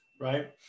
right